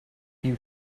you